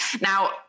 Now